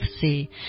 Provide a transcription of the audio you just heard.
see